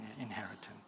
inheritance